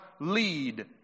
lead